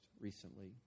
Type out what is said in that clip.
recently